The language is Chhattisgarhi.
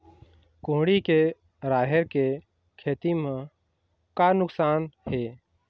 कुहड़ी के राहेर के खेती म का नुकसान हे?